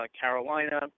Carolina